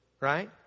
Right